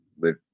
live